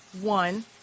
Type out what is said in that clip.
one